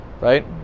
right